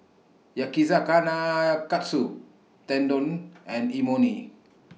Yakizakana Katsu Tendon and Imoni